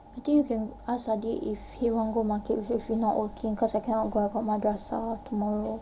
I think you can ask adi if he want to go market with you if he not working because I cannot go I got madrasah tomorrow